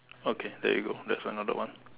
okay there you go that's another one